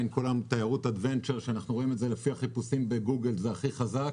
ותיירות adventure שרואים לפי החיפושים בגוגל שזה החיפוש הכי חזק,